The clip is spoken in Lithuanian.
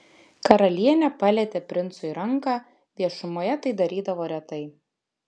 karalienė palietė princui ranką viešumoje tai darydavo retai